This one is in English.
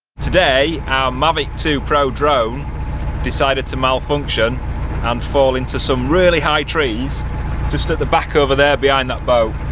today our mavic two pro drone decided to malfunction and fall into some really high trees just at the back over there behind that boat,